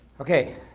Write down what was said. Okay